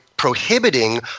prohibiting